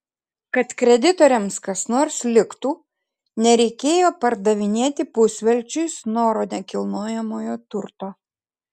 kad kreditoriams kas nors liktų nereikėjo pardavinėti pusvelčiui snoro nekilnojamojo turto